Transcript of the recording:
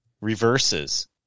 reverses